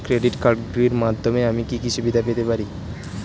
Credit কার্ডের মাধ্যমে আমি কি কি সুবিধা পেতে পারি?